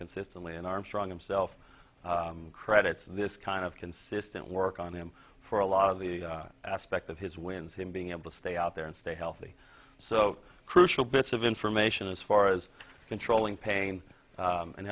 consistently and armstrong himself credits this kind of consistent work on him for a lot of the aspects of his wins him being able to stay out there and stay healthy so crucial bits of information as far as controlling pain